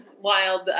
wild